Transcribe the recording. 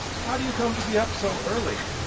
how do you come to be up so early?